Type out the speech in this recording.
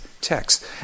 text